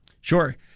Sure